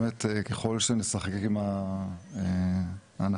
ככל שנשחק עם ההנחות,